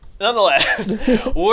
Nonetheless